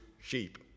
sheep